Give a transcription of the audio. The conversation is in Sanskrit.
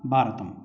भारतम्